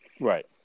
right